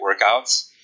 workouts